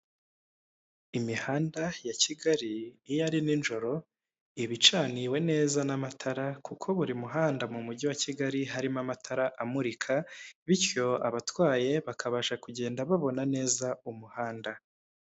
Imihanda ya Kigali, iyo ari nijoro iba icaniwe neza n'amatara kuko buri muhanda mu mujyi wa kigali harimo amatara amurika, bityo abatwaye bakabasha kugenda babona neza umuhanda.